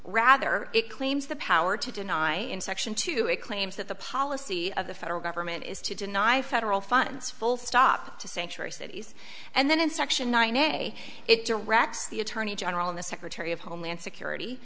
rather it claims the power to deny in section two it claims that the policy of the federal government is to deny federal funds full stop to sanctuary cities and then in section nine a it directs the attorney general in the secretary of homeland security